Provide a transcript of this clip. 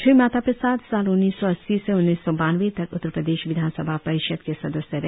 श्री माता प्रसाद साल उन्नीस सौ अस्सी से उन्नीस सौ बानबे तक उत्तर प्रदेश विधानसभा परिषद के सदस्य रहे